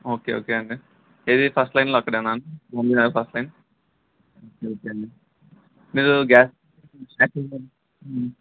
okay okay అండి ఏది first లైన్లో అక్కడేనా నమిన ఫస్ట్ లైన్కే అండి మీరు గ్యాస్